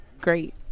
great